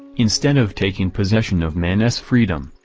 instead of taking possession of men s freedom,